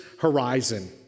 horizon